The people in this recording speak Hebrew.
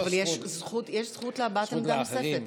אבל יש זכות להבעת עמדה נוספת.